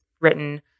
written